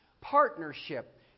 Partnership